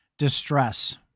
distress